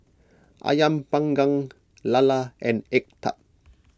Ayam Panggang Lala and Egg Tart